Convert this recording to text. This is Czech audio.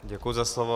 Děkuji za slovo.